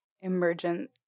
emergent